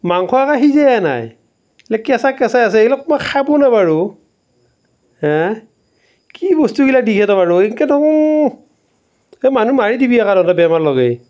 মাংস একো সিজাই নাই কেঁচা কেঁচাই আছে এইবিলাক মই খাব নে বাৰু হাঁ কি বস্তুবিলাক দিয়ে বাৰু এনেকৈ এই মানুহ মাৰি দিবি তহঁতে বেমাৰ লগাই